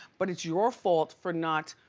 but it's your fault for not,